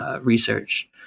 research